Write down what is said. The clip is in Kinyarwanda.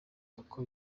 uko